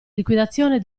liquidazione